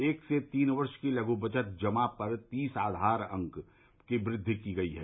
एक से तीन वर्ष की लघ बचत जमा पर तीस आधार अंक तक की वृद्वि की गई है